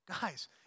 Guys